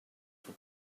for